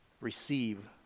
receive